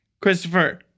Christopher